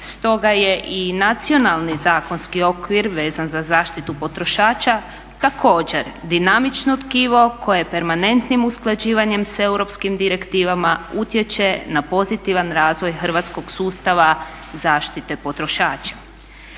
Stoga je i nacionalni zakonski okvir veza za zaštitu potrošača također dinamično tkivo koje permanentnim usklađivanjem s europskim direktivama utječe na pozitivan razvoj hrvatskog sustava zaštite potrošača.